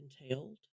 entailed